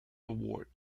award